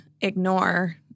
ignore